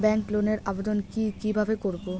Bank লোনের আবেদন কি কিভাবে করব?